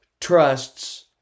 trusts